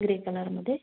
grey कलरमध्ये